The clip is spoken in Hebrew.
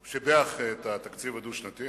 הוא שיבח את התקציב הדו-שנתי.